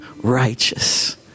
righteous